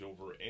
over